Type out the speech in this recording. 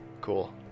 Cool